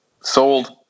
Sold